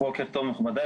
בוקר טוב מכובדי.